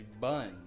bun